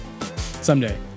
Someday